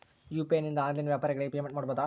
UPI ನಿಂದ online ವ್ಯಾಪಾರಗಳಿಗೆ payment ಮಾಡಬಹುದಾ?